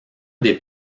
des